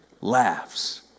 laughs